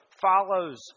follows